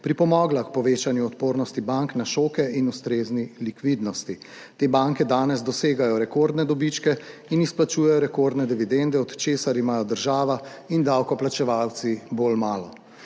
pripomogla k povečanju odpornosti bank na šoke in ustrezne likvidnosti. Te banke danes dosegajo rekordne dobičke in izplačujejo rekordne dividende, od česar imajo država in davkoplačevalci bolj malo.